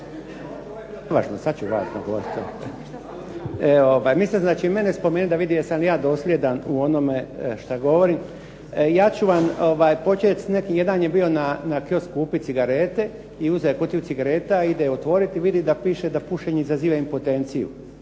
Jerko (HDZ)** Vi ste znači mene spomenuli da vidim jesam li ja dosljedan u onome što govorim. Ja ću vam početi s nekim. Jedan je bio na kiosku kupit cigarete i uzeo je kutiju cigareta i ide je otvorit i vidi da piše da pušenje izaziva impotenciju.